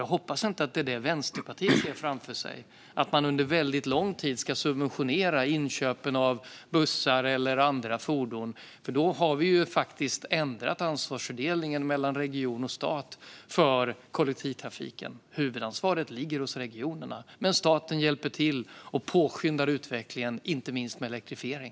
Jag hoppas att det inte är det Vänsterpartiet ser framför sig, att man under väldigt lång tid ska subventionera inköpen av bussar eller andra fordon, för då har vi ju faktiskt ändrat ansvarsfördelningen mellan region och stat för kollektivtrafiken. Huvudansvaret ligger hos regionerna, men staten hjälper till och påskyndar utvecklingen inte minst av elektrifiering.